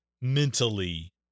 mentally